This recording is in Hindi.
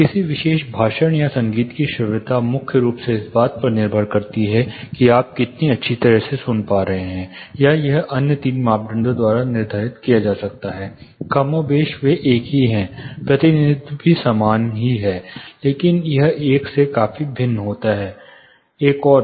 किसी विशेष भाषण या संगीत की श्रव्यता मुख्य रूप से इस बात पर निर्भर करती है कि आप कितनी अच्छी तरह सुन पा रहे हैं या यह अन्य तीन मापदंडों द्वारा निर्धारित किया जा सकता है कमोबेश वे एक ही हैं प्रतिनिधित्व भी समान है लेकिन यह एक से काफी भिन्न होता है एक और